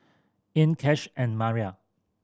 Ean Cash and Maria